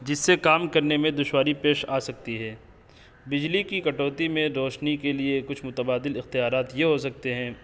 جس سے کام کرنے میں دشواری پیش آ سکتی ہے بجلی کی کٹوتی میں روشنی کے لیے کچھ متبادل اختیارات یہ ہو سکتے ہیں